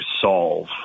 solve